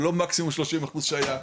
זה לא מקסימום שלושים אחוז שהיה,